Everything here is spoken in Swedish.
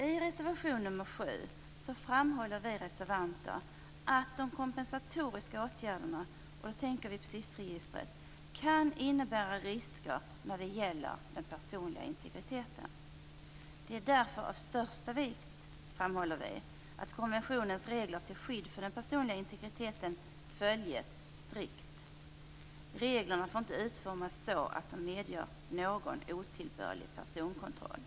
I reservation nr 7 framhåller vi reservanter att de kompensatoriska åtgärderna - då tänker vi på SIS registret - kan innebära risker när det gäller den personliga integriteten. Det är därför av största vikt, framhåller vi, att konventionens regler till skydd för den personliga integriteten följs strikt. Reglerna får inte utformas så att de medger någon otillbörlig personkontroll.